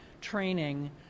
training